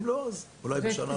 אם לא אז אולי בשנה הבאה.